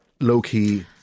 low-key